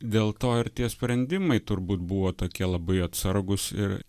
dėl to ir tie sprendimai turbūt buvo tokie labai atsargūs ir